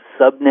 subnet